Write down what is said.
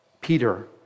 Peter